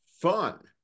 fun